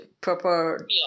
proper